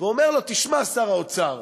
ואומר לו: תשמע, שר האוצר,